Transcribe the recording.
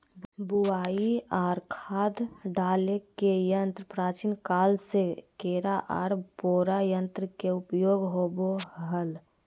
बुवाई आर खाद डाले के यंत्र प्राचीन काल से केरा आर पोरा यंत्र के उपयोग होवई हल